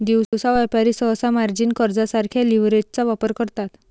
दिवसा व्यापारी सहसा मार्जिन कर्जासारख्या लीव्हरेजचा वापर करतात